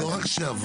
לא רק שעברנו.